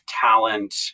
talent